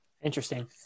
Interesting